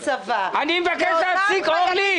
תמונה שצובעת אותנו בצבעים של חורבן והרס,